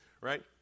Right